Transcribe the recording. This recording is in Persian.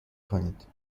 کنید